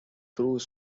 through